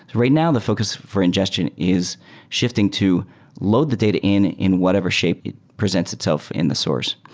right now, the focus for ingestion is shifting to load the data in in whatever shape it presents itself in the source.